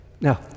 Now